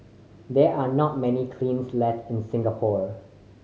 there are not many kilns left in Singapore